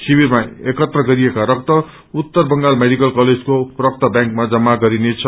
शिविरामा एकत्र गरिएका उत्तर बंगाल मेडिकल कलेजको रक्त व्यांकमा जम्मा गरिनेछ